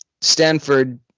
Stanford